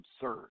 absurd